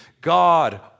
God